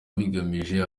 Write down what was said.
bigamije